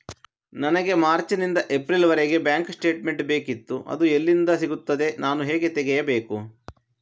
ನನಗೆ ಮಾರ್ಚ್ ನಿಂದ ಏಪ್ರಿಲ್ ವರೆಗೆ ಬ್ಯಾಂಕ್ ಸ್ಟೇಟ್ಮೆಂಟ್ ಬೇಕಿತ್ತು ಅದು ಎಲ್ಲಿಂದ ಸಿಗುತ್ತದೆ ನಾನು ಹೇಗೆ ತೆಗೆಯಬೇಕು?